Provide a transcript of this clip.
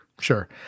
sure